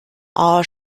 all